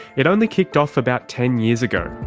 it only kicked off about ten years ago,